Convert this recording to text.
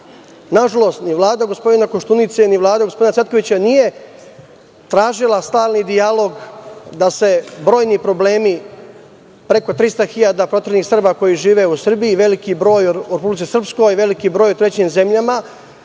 Nažalost, ni vlada gospodina Koštunice, ni vlada gospodina Cvetkovića nije tražila stalni dijalog da se brojni problemi preko 300.000 proteranih Srba koji žive u Srbiji, veliki broj u Republici Srpskoj i veliki broj u trećim zemljama,